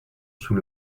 sous